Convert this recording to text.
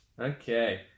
Okay